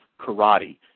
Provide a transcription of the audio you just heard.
karate